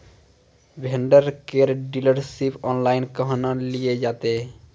Vendor केर dealership online केहनो लियल जेतै?